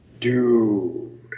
Dude